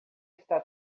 está